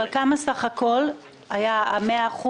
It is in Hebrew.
אבל כמה היה ה-100%